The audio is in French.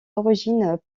origines